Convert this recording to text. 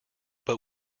but